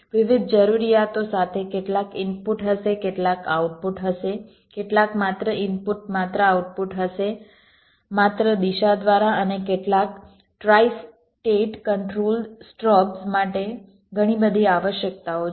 વિવિધ જરૂરિયાતો સાથે કેટલાક ઇનપુટ હશે કેટલાક આઉટપુટ હશે કેટલાક માત્ર ઇનપુટ માત્ર આઉટપુટ હશે માત્ર દિશા દ્વારા અને કેટલાક ટ્રાઇ સ્ટેટ કંટ્રોલ સ્ટ્રોબ્સ માટે ઘણી બધી આવશ્યકતાઓ છે